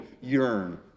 yearn